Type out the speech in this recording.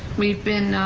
we've been,